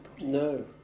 No